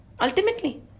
Ultimately